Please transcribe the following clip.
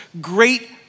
great